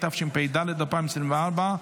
התשפ"ד 2024,